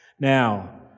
Now